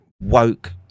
woke